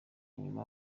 nyuma